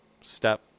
step